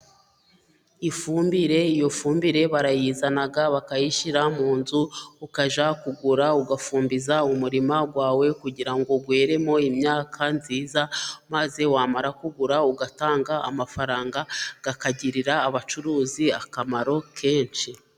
Ifumbire iyo fumbire barayizana bakayishyira mu nzu, ukajya kugura ugafumbiza umurima wawe kugira ngo weremo imyaka myiza, maze wamara kugura ugatanga amafaranga akagirira abacuruzi akamaro kenshi.